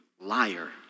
liar